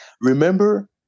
Remember